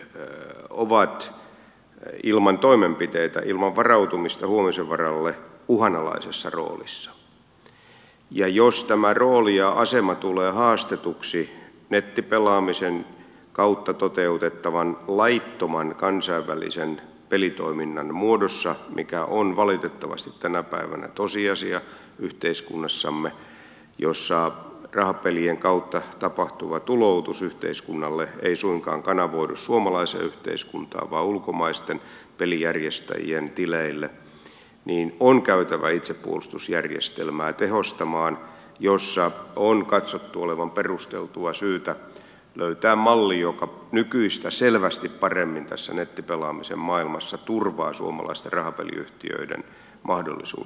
nämä järjestöt ovat ilman toimenpiteitä ilman varautumista huomisen varalle uhanalaisessa roolissa ja jos tämä rooli ja asema tulee haastetuksi nettipelaamisen kautta toteutettavan laittoman kansainvälisen pelitoiminnan muodossa mikä on valitettavasti tänä päivänä tosiasia yhteiskunnassamme jossa rahapelien kautta tapahtuva tuloutus yhteiskunnalle ei suinkaan kanavoidu suomalaiseen yhteiskuntaan vaan ulkomaisten pelijärjestäjien tileille niin on käytävä itsepuolustusjärjestelmää tehostamaan jossa on katsottu olevan perusteltua syytä löytää malli joka nykyistä selvästi paremmin tässä nettipelaamisen maailmassa turvaa suomalaisten rahapeliyhtiöiden mahdollisuudet